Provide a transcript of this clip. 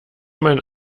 meinen